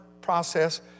process